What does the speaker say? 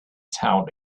town